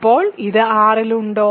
ഇപ്പോൾ ഇത് R ൽ ഉണ്ടോ